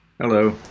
Hello